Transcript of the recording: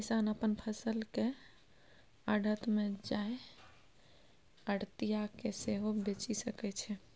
किसान अपन फसल केँ आढ़त मे जाए आढ़तिया केँ सेहो बेचि सकै छै